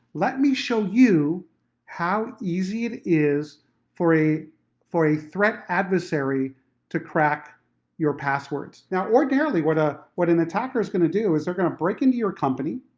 let me show you how easy it is for a for a threat adversary to crack your passwords. now ordinarily, what a what an attacker is going to do is they're gonna break into your company,